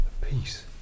peace